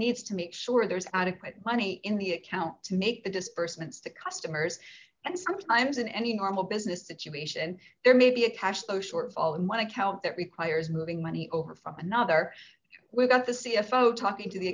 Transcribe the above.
needs to make sure there's adequate money in the account to make the disbursements to customers and sometimes in any normal business situation there may be a cash flow shortfall in one account that requires moving money over from another we've got the c f o talking to the